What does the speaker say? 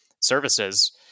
services